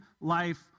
life